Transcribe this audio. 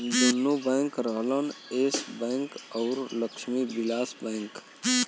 दुन्नो बैंक रहलन Yes Bank अउर लक्ष्मी विलास बैंक